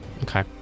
Okay